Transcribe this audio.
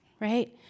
right